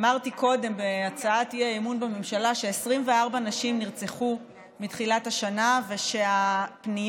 אמרתי קודם בהצעת האי-אמון בממשלה ש-24 נשים נרצחו מתחילת השנה ושהפניות